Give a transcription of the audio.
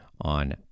on